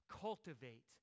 Cultivate